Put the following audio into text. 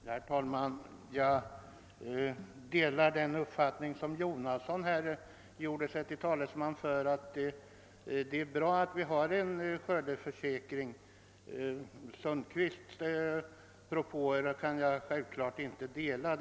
Herr talman! Jag delar den uppfattning som herr Jonasson här gjort sig till talesman för: det är bra att vi har en skördeskadeförsäkring. Herr Sundkvists propåer kan jag naturligtvis inte följa.